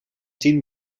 tien